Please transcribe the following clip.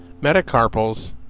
metacarpals